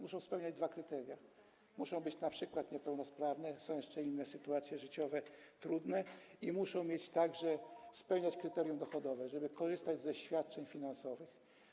Muszą one spełniać dwa kryteria: muszą być np. niepełnosprawne, są jeszcze inne trudne sytuacje życiowe, i muszą także spełniać kryterium dochodowe, żeby korzystać ze świadczeń finansowych.